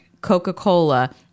coca-cola